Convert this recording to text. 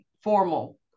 formal